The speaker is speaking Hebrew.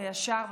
וישר,